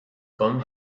come